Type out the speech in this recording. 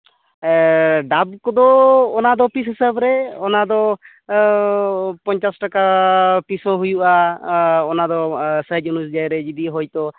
ᱰᱟᱵ ᱠᱚᱫᱚ ᱚᱱᱟ ᱫᱚ ᱯᱤᱥ ᱦᱤᱥᱟᱹᱵ ᱨᱮ ᱚᱱᱟ ᱫᱚ ᱯᱚᱧᱪᱟᱥ ᱴᱟᱠᱟ ᱯᱤᱥ ᱦᱚᱸ ᱦᱩᱭᱩᱜᱼᱟ ᱟᱨ ᱚᱱᱟ ᱫᱚ ᱥᱟᱭᱤᱡ ᱚᱱᱩᱡᱟᱭᱤ ᱨᱮ ᱡᱚᱫᱤ ᱦᱚᱭᱛᱳ